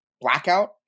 blackout